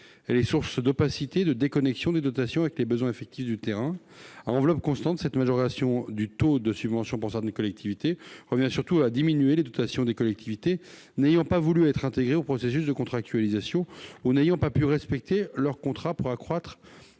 Elle est source d'opacité et de déconnexion des dotations avec les besoins effectifs du terrain. À enveloppe constante, cette majoration du taux de subvention pour certaines collectivités revient surtout à diminuer les dotations des collectivités n'ayant pas voulu être intégrées au processus de contractualisation ou n'ayant pas pu respecter leur contrat pour accroître